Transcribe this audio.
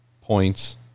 points